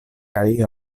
kaj